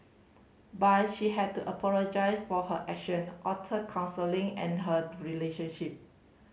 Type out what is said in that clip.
but she had to apologise for her action alter counselling and her relationship